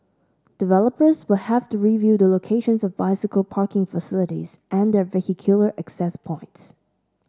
developers will have to review the locations of bicycle parking facilities and their vehicular access points